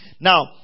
Now